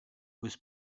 was